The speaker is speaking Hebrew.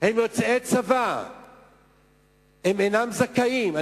יוצאי צבא אינן זכאיות.